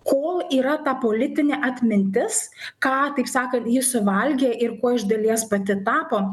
kol yra ta politinė atmintis ką taip sakant ji suvalgė ir kuo iš dalies pati tapo